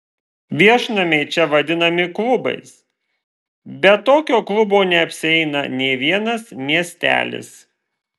viešnamiai čia vadinami klubais be tokio klubo neapsieina nė vienas miestelis